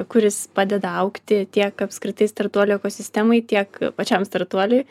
kuris padeda augti tiek apskritai startuolių ekosistemai tiek pačiam startuoliui